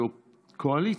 כקואליציה: